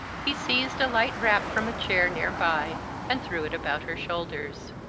he seized a light wrap from a chair near by and threw it about her shoulders.